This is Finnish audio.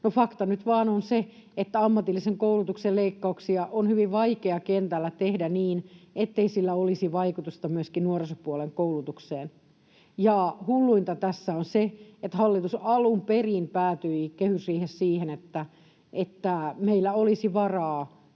vain on se, että ammatillisen koulutuksen leikkauksia on hyvin vaikea kentällä tehdä niin, ettei niillä olisi vaikutusta myöskin nuorisopuolen koulutukseen. Ja hulluinta tässä on se, että hallitus alun perin päätyi kehysriihessä siihen, että meillä olisi varaa